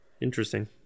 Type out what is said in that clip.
Interesting